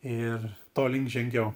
ir to link žengiau